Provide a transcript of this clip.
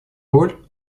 роль